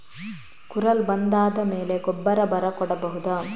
ಕುರಲ್ ಬಂದಾದ ಮೇಲೆ ಗೊಬ್ಬರ ಬರ ಕೊಡಬಹುದ?